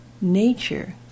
nature